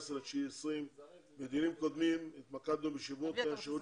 14.9.20. בדיונים הקודמים התמקדנו בשיפור תנאי השירות